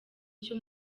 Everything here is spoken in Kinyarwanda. cyo